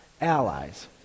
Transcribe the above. allies